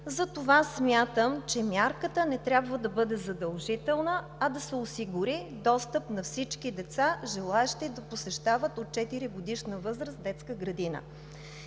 Затова смятам, че мярката не трябва да бъде задължителна, а да се осигури достъп на всички деца, желаещи да посещават от 4-годишна възраст детска градина.